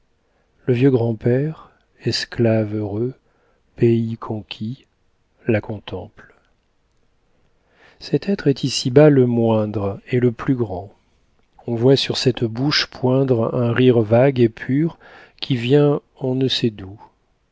le vieux grand-père esclave heureux pays conquis la contemple cet être est ici-bas le moindre et le plus grand on voit sur cette bouche poindre un rire vague et pur qui vient on ne sait d'où